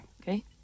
Okay